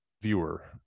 viewer